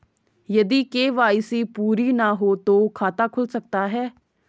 यदि के.वाई.सी पूरी ना हो तो खाता खुल सकता है?